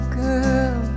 girl